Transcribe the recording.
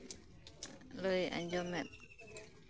ᱞᱟᱹᱭ ᱟᱸᱡᱚᱢᱮᱫ